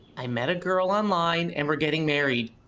i met a girl online and we're getting married.